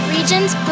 Regions